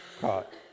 caught